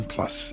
Plus